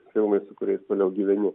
filmai su kuriais toliau gyveni